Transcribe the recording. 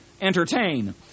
entertain